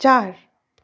चार